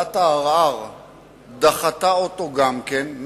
ועדת הערר דחתה אותו גם כן,